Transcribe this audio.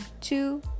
two